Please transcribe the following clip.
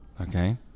Okay